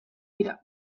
dira